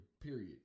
period